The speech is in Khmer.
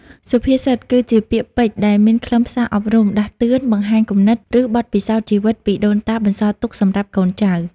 សុភាសិត គឺជាពាក្យពេចន៍ដែលមានខ្លឹមសារអប់រំ ដាស់តឿន បង្ហាញគំនិត ឬបទពិសោធន៍ជីវិតពីដូនតាបន្សល់ទុកសម្រាប់កូនចៅ។